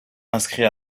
inscrit